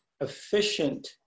efficient